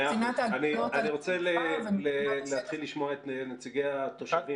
מבחינת ההגבלות על התעופה ומבחינת השטח.